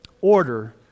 order